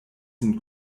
sind